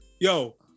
Yo